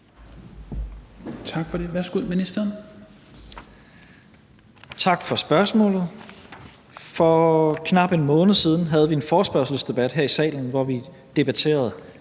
(Mattias Tesfaye): Tak for spørgsmålet. For knap en måned siden havde vi en forespørgselsdebat her i salen, hvor vi debatterede